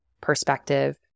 perspective